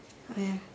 !aiya!